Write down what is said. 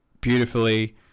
beautifully